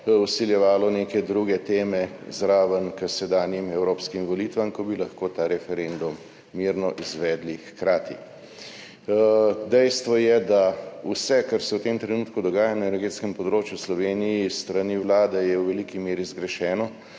vsiljevalo neke druge teme zraven, k sedanjim evropskim volitvam, ko bi lahko ta referendum mirno izvedli hkrati. Dejstvo je, da je vse, kar se v tem trenutku dogaja na energetskem področju v Sloveniji s strani Vlade, v veliki meri zgrešeno.